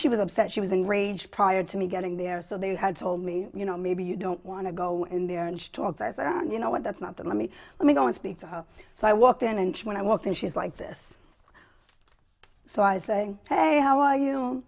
she was upset she was enraged prior to me getting there so they had told me you know maybe you don't want to go in there and talk to us and you know what that's not the let me let me go and speak to her so i walked in and when i walked in she's like this so i was saying hey how are you